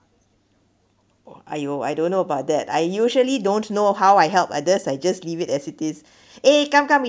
oh !aiyo! I don't know about that I usually don't know how I help others I just leave it as it is eh come come